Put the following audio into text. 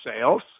sales